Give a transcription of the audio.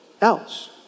else